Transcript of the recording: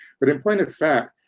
but in point of fact,